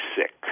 sick